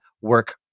work